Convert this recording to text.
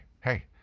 hey